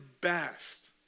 best